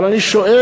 אבל אני שואל: